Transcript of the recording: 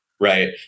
right